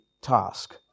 task